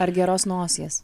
ar geros nosies